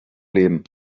leben